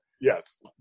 Yes